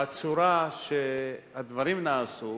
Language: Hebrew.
הצורה שהדברים נעשו,